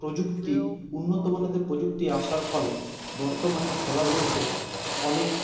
প্রযুক্তি উন্নত মানেদের প্রযুক্তি আসার ফলে বর্তমানে খেলা তে অনেক